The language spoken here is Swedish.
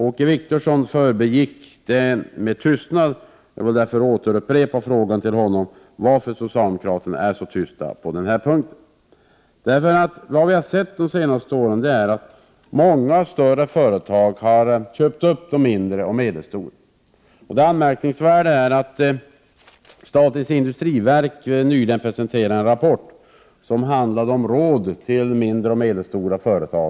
Åke Wictorsson förbigick detta med tystnad. Jag vill därför återupprepa min fråga till honom: Varför är socialdemokraterna så tysta på den här punkten? Under de senaste åren har vi sett att många större företag har köpt upp mindre och medelstora företag. Statens industriverk presenterade nyligen en rapport med råd till mindre och medelstora företag.